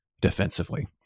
defensively